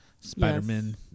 spider-man